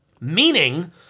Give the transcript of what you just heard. meaning